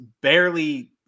barely